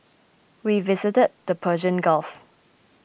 we visited the Persian Gulf